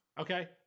Okay